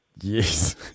Yes